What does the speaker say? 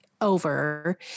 over